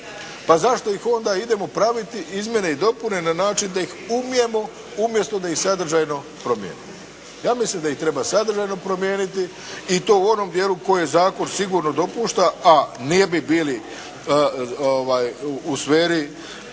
Pa zašto ih onda idemo praviti izmjene i dopune na način da ih umijemo, umjesto da ih sadržajno promijenimo? Ja mislim da ih treba sadržajno promijeniti, i to u onom dijelu koje zakon sigurno dopušta, a ne bi bili u sferi